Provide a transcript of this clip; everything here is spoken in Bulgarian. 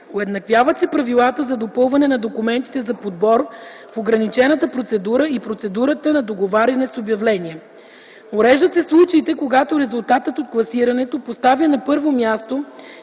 Уеднаквяват се правилата за допълване на документите за подбор в ограничената процедура и процедурата на договаряне с обявление. Уреждат се случаите, когато резултатът от класирането поставя на първо място